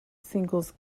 singles